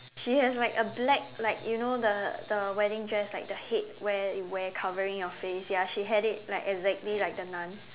she has like a black like you know the the wedding dress like the headwear it wear covering your face ya she had it like exactly like The Nun